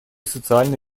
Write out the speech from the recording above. социально